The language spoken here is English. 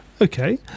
Okay